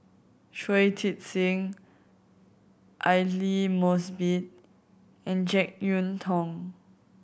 Shui Tit Sing Aidli Mosbit and Jek Yeun Thong